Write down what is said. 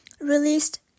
released